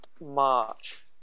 March